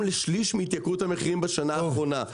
לשליש מהתייקרות המחירים בשנה האחרונה,